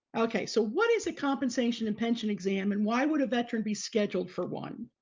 okay. so what is a compensation and pension exam and why would a veteran be scheduled for one?